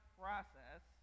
process